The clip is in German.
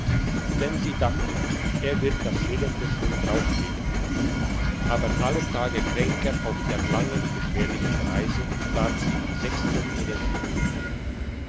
denn sie dachte er wird das fehlende schon drauflegen aber alle tage kränker auf der langen beschwerlichen reise starb sie am sechsten oder siebenten